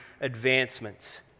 advancements